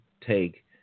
take